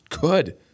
good